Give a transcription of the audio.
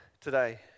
today